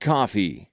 Coffee